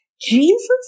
Jesus